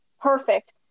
perfect